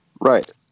Right